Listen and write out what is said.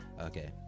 Okay